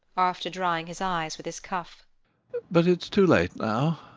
after drying his eyes with his cuff but it's too late now.